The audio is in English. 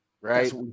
Right